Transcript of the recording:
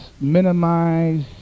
minimize